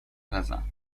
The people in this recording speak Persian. پزم